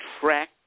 track